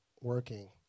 working